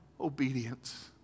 obedience